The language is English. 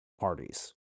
parties